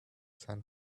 san